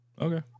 okay